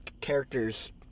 character's